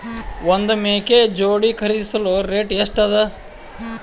ಒಂದ್ ಮೇಕೆ ಜೋಡಿ ಖರಿದಿಸಲು ರೇಟ್ ಎಷ್ಟ ಅದ?